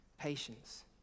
patience